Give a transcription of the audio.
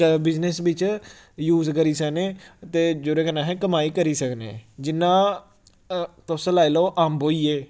business बिच्च use करी सकने ते जेह्दे कन्नै अस कमाई करी सकने जिन्ना तुस लाई लाओ अम्ब होई गे